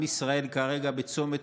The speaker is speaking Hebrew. עם ישראל כרגע בצומת